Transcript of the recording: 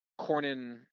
Cornyn